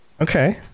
Okay